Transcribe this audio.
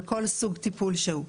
לכל סוג טיפול שהוא.